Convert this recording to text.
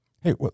Hey